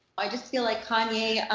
i just feel like kanye